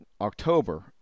October